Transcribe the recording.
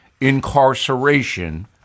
incarceration